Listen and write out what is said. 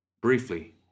Briefly